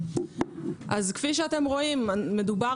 כפי שאתם רואים, מדובר